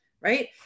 right